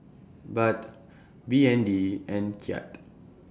Baht B N D and Kyat